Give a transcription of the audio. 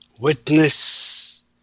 Witness